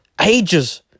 Ages